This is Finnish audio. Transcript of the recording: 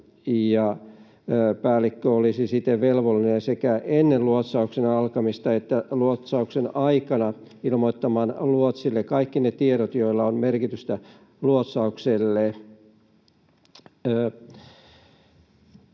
päällikkö olisi siten velvollinen sekä ennen luotsauksen alkamista että luotsauksen aikana ilmoittamaan luotsille kaikki ne tiedot, joilla on merkitystä luotsaukselle.